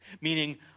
meaning